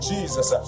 Jesus